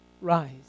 rise